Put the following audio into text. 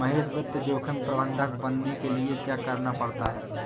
महेश वित्त जोखिम प्रबंधक बनने के लिए क्या करना पड़ता है?